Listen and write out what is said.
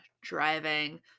driving